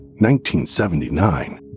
1979